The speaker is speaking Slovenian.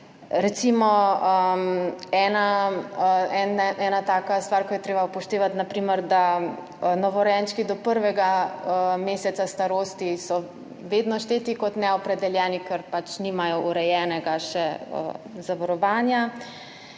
Recimo ena taka stvar, ki jo je treba upoštevati, je na primer ta, da so novorojenčki do prvega meseca starosti vedno šteti kot neopredeljeni, ker pač nimajo še urejenega zavarovanja,